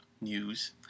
News